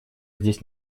здесь